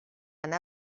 anar